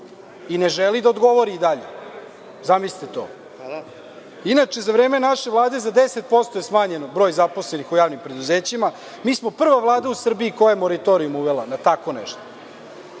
I ne želi da odgovori i dalje. Zamislite to. Inače, za vreme naše Vlade za 10% je smanjen broj zaposlenih u javnih preduzećima. Mi smo prva Vlada u Srbiji koja je moritorijum uvela na tako nešto.